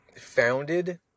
founded